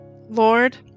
Lord